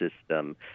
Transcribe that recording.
system